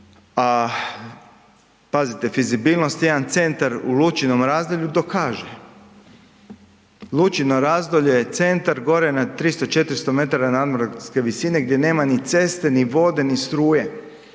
pazite fizibilnost jedan centar u Lučinom razdolju dokaže. Lučino razdolje je centar gore na 300, 400m nadmorske visine gdje nema ni ceste, ni vode, ni struje